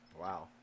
Wow